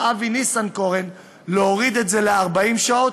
אבי ניסנקורן להוריד את זה ל-40 שעות,